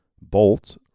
bolt